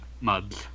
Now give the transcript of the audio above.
muds